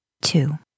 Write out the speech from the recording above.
Two